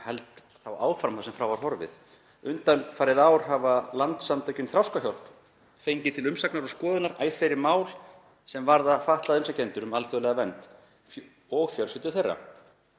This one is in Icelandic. held þá áfram þar sem frá var horfið: „Undanfarið ár hafa Landssamtökin Þroskahjálp fengið til umsagnar og skoðunar æ fleiri mál sem varða fatlaða umsækjendur um alþjóðlega vernd og fjölskyldur þeirra.